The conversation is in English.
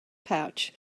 pouch